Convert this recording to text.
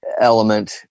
element